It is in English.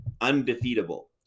undefeatable